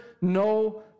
no